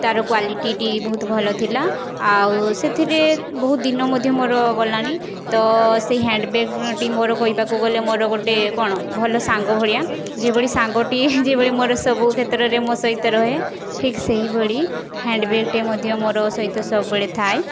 ତାର କ୍ୱାଲିଟିଟି ବହୁତ ଭଲ ଥିଲା ଆଉ ସେଥିରେ ବହୁଦିନ ମଧ୍ୟ ମୋର ଗଲାଣି ତ ସେ ହ୍ୟାଣ୍ଡ୍ ବ୍ୟାଗ୍ଟି ମୋର କହିବାକୁ ଗଲେ ମୋର ଗୋଟେ କ'ଣ ଭଲ ସାଙ୍ଗ ଭଳିଆ ଯେଉଁଭଳି ସାଙ୍ଗଟି ଯେଉଁଭଳି ମୋର ସବୁ କ୍ଷେତ୍ରରେ ମୋ ସହିତ ରହେ ଠିକ୍ ସେହିଭଳି ହ୍ୟାଣ୍ଡ୍ ବ୍ୟାଗ୍ଟି ମଧ୍ୟ ମୋର ସହିତ ସବୁବେଳେ ଥାଏ